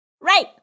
Right